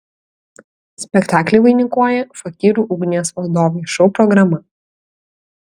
spektaklį vainikuoja fakyrų ugnies valdovai šou programa